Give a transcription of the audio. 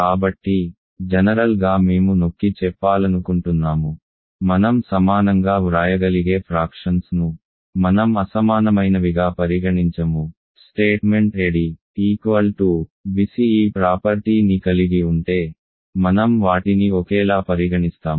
కాబట్టి జనరల్ గా మేము నొక్కి చెప్పాలనుకుంటున్నాము మనం సమానంగా వ్రాయగలిగే ఫ్రాక్షన్స్ ను మనం అసమానమైనవిగా పరిగణించము స్టేట్మెంట్ ad bc ఈ ప్రాపర్టీ ని కలిగి ఉంటే మనం వాటిని ఒకేలా పరిగణిస్తాము